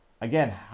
again